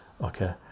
okay